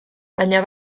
baina